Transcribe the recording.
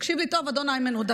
תקשיב לי טוב, אדון איימן עודה.